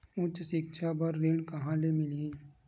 उच्च सिक्छा बर ऋण कहां ले मिलही?